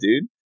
dude